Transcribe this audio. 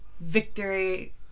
Victory